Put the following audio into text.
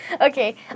Okay